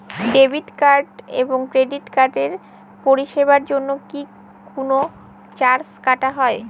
Debit card এবং credit কার্ডের পরিষেবার জন্য কি কোন চার্জ কাটা হয়?